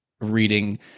reading